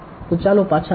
તો ચાલો પાછા આવીએ